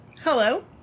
Hello